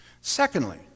Secondly